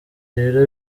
rero